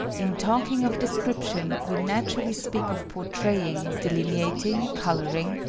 in talking of description we naturally speak of portraying, delineating, coloring,